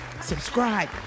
subscribe